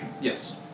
yes